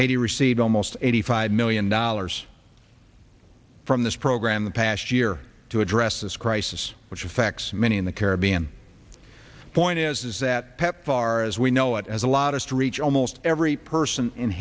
haiti received almost eighty five million dollars from this program the past year to address this crisis which affects many in the caribbean point is that pepfar as we know it as a lot of streets almost every person in